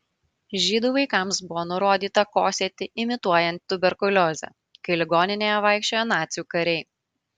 žydų vaikams buvo nurodyta kosėti imituojant tuberkuliozę kai ligoninėje vaikščiojo nacių kariai